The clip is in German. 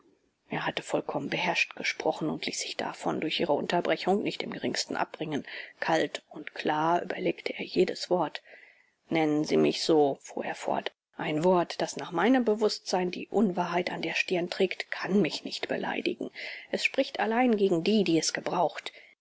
er hatte vollkommen beherrscht gesprochen und ließ sich davon durch ihre unterbrechung nicht im geringsten abbringen kalt und klar überlegte er jedes wort nennen sie mich so fuhr er fort ein wort das nach meinem bewußtsein die unwahrheit an der stirn trägt kann mich nicht beleidigen es spricht allein gegen die die es gebraucht